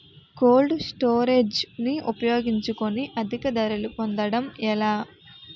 Cold storage ని ఉపయోగించుకొని అధిక ధరలు పొందడం ఎలా?